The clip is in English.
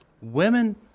Women